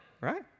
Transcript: right